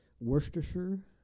Worcestershire